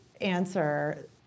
answer